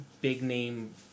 big-name